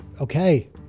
Okay